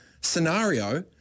scenario